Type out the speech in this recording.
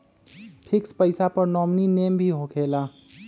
Fix पईसा पर nominee name भी होकेला?